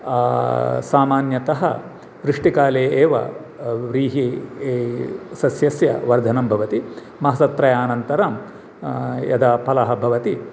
सामान्यतः वृष्टिकाले एव व्रीहिसस्यस्य वर्धनं भवति मासत्रयानन्तरं यदा फलं भवति